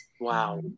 Wow